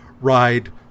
ride